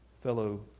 Fellow